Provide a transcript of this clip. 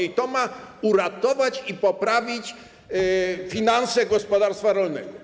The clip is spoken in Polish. I to ma uratować i poprawić finanse gospodarstwa rolnego.